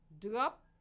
drop